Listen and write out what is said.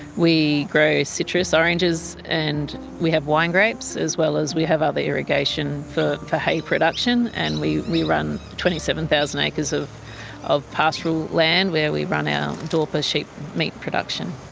we grow citrus, oranges, and we have wine grapes, as well as we have other irrigation for for hay production and we we run twenty seven thousand acres of of pastoral land where we run our dorper sheep meat production.